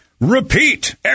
repeat